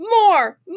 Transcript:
more